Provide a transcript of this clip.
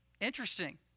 interesting